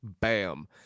bam